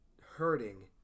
hurting